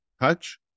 touch